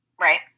Right